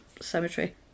cemetery